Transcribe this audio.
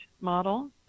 model